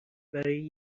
برای